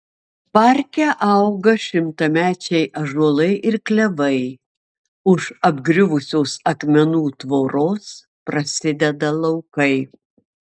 parke auga šimtamečiai ąžuolai ir klevai už apgriuvusios akmenų tvoros prasideda laukai